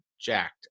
jacked